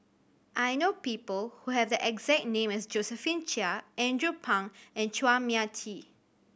I know people who have the exact name as Josephine Chia Andrew Phang and Chua Mia Tee